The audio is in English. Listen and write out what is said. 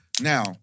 Now